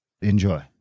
enjoy